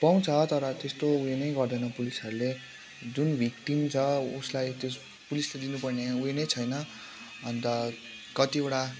पाउँछ तर त्यस्तो उयो नै गर्दैन पुलिसहरूले जुन भिक्टिम छ उसलाई त्यस पुलिसले दिनुपर्ने उयो नै छैन अन्त कतिवटा